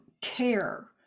care